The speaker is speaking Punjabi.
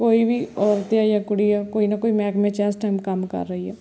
ਕੋਈ ਵੀ ਔਰਤ ਆ ਜਾਂ ਕੁੜੀ ਆ ਕੋਈ ਨਾ ਕੋਈ ਮਹਿਕਮੇ 'ਚ ਇਸ ਟਾਈਮ ਕੰਮ ਕਰ ਰਹੀ ਹੈ